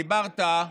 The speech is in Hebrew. דיברת,